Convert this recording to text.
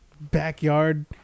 backyard